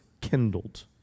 kindled